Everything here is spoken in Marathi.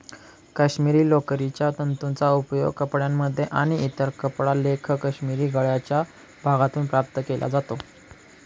काश्मिरी लोकरीच्या तंतूंचा उपयोग कपड्यांमध्ये आणि इतर कपडा लेख काश्मिरी गळ्याच्या भागातून प्राप्त केला जातो